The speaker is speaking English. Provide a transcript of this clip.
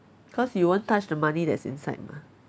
cause you won't touch the money that's inside mah